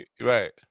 Right